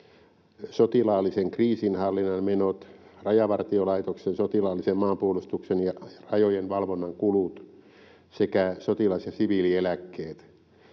sotilaallisen kriisinhallinnan menot, Rajavartiolaitoksen sotilaallisen maanpuolustuksen ja rajojen valvonnan kulut sekä sotilas- ja siviilieläkkeet.